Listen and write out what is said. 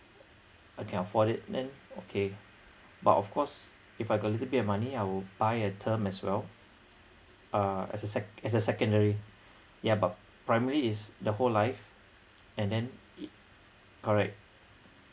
I can afford it then okay but of course if I got a little bit of money I will buy a term as well uh as a sec~ as a secondary yeah but primary is the whole life and then it correct